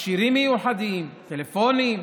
מכשירים מיוחדים, טלפונים.